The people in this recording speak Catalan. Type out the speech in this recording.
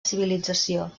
civilització